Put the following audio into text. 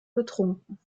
betrunken